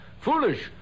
Foolish